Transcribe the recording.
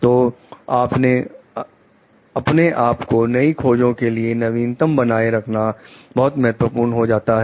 तो अपने आप को नई खोजों के लिए नवीनतम बनाए रखना बहुत महत्वपूर्ण हो जाता है